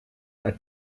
are